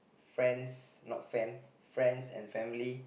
friends not friend friends and family